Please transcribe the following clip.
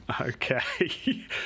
Okay